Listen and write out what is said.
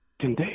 today